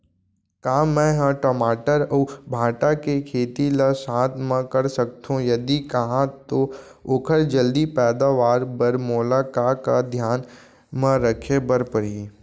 का मै ह टमाटर अऊ भांटा के खेती ला साथ मा कर सकथो, यदि कहाँ तो ओखर जलदी पैदावार बर मोला का का धियान मा रखे बर परही?